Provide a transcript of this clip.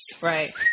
right